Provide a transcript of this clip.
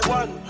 one